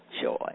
joy